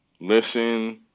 listen